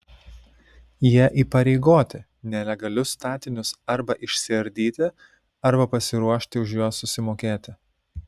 jie įpareigoti nelegalius statinius arba išsiardyti arba pasiruošti už juos susimokėti